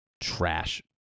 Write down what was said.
trash